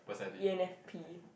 e_n_f_p